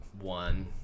one